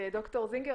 ד"ר זינגר,